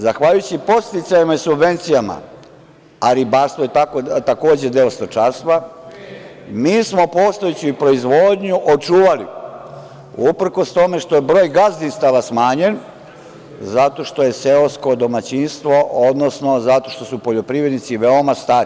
Zahvaljujući podsticajima i subvencijama, a ribarstvo je takođe deo stočarstva, mi smo postojeću proizvodnju očuvali uprkos tome što broj gazdinstava smanjen zato što je seosko domaćinstvo, odnosno zato što su poljoprivrednici veoma stari.